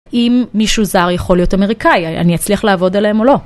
אם מישהו זר יכול להיות אמריקאי, אני אצליח לעבוד עליהם או לא?